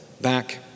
back